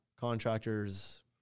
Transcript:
contractors